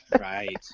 Right